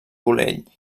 collell